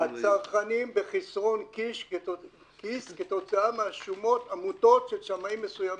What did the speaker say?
הצרכנים בחיסרון כיס כתוצאה מהשומות המוטות של שמאים מסוימים,